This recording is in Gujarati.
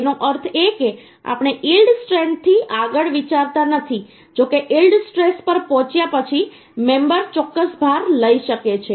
તેનો અર્થ એ કે આપણે યીલ્ડ સ્ટ્રેસથી આગળ વિચારતા નથી જો કે યીલ્ડ સ્ટ્રેસ પર પહોંચ્યા પછી મેમબરચોક્કસ ભાર લઈ શકે છે